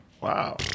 Wow